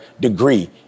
degree